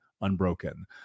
Unbroken